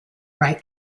right